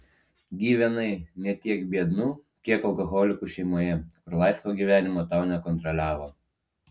gyvenai ne tiek biednų kiek alkoholikų šeimoje kur laisvo gyvenimo tau nekontroliavo